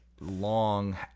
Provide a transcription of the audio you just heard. long